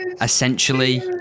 essentially